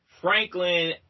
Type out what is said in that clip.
Franklin